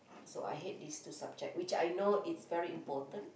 so I hate these two subject which I know is very important